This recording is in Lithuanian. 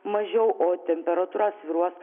mažiau o temperatūra svyruos